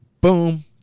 Boom